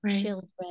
children